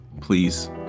please